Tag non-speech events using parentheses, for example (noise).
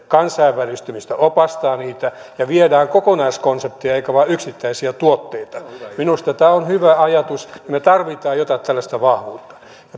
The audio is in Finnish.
(unintelligible) kansainvälistymistä opastaa niitä ja viedään kokonaiskonseptia eikä vain yksittäisiä tuotteita minusta tämä on hyvä ajatus me tarvitsemme jotain tällaista vahvuutta